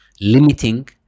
limiting